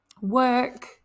work